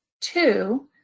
two